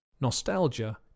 Nostalgia